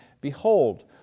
Behold